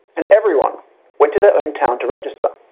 and everyone went to their own town to register,